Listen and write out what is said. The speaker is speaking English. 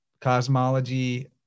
cosmology